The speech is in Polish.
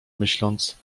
myśląc